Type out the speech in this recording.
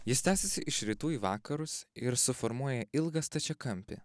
jis tęsiasi iš rytų į vakarus ir suformuoja ilgą stačiakampį